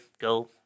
go